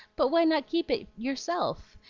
but why not keep it yourself?